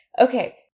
okay